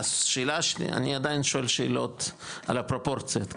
אני עדיין שואל שאלות על הפרופורציות,